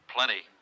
Plenty